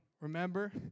Remember